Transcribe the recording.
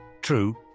True